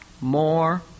more